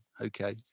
Okay